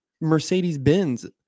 mercedes-benz